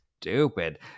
stupid